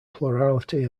plurality